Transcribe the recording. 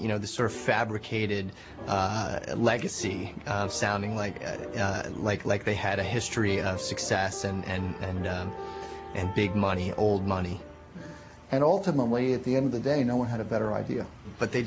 you know the sort of fabricated legacy of sounding like like like they had a history of success and and and big money old money and ultimately at the end of the day no one had a better idea but they